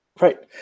Right